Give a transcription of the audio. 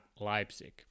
Leipzig